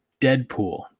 Deadpool